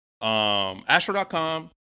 astro.com